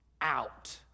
out